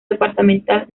departamental